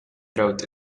wrote